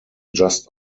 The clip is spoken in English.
just